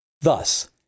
Thus